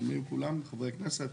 רשומים כולם, חברי הכנסת?